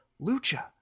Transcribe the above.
Lucha